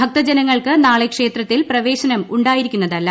ഭക്തജനങ്ങൾക്ക് നാളെ ക്ഷേത്രത്തിൽ പ്രവേശനം ഉണ്ടായിരിക്കുന്നതല്ല